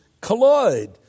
collide